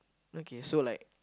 okay so like